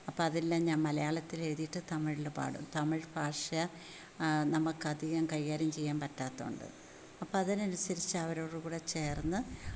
അപ്പം അതെല്ലാം ഞാൻ മലയാളത്തിൽ എഴുതിയിട്ട് തമിഴിൽ പാടും തമിഴ് ഭാഷ നമുക്ക് അധികം കൈകാര്യം ചെയ്യാൻ പറ്റാത്തത് കൊണ്ട് അപ്പം അതിന് അനുസരിച്ചു അവരോട് കൂടെ ചേർന്ന്